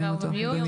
בן אדם שבא ואומר,